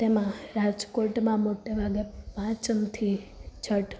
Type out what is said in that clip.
તેમાં રાજકોટમાં મોટાભાગે પાંચમ થી છઠ